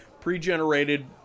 pre-generated